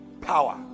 Power